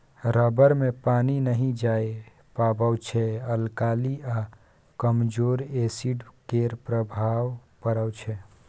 rubber मे पानि नहि जाए पाबै छै अल्काली आ कमजोर एसिड केर प्रभाव परै छै